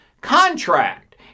contract